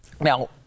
Now